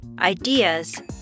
ideas